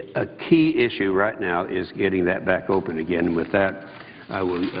a key issue right now is getting that back open again. with that i will